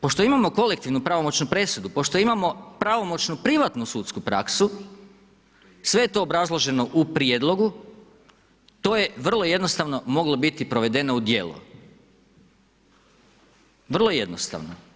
Pošto imamo kolektivnu pravomoćnu presudu, pošto imamo pravomoćnu privatnu sudsku praksu, sve je to obrazloženo u prijedlogu, to je vrlo jednostavno moglo biti provedeno u djelo, vrlo jednostavno.